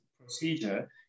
procedure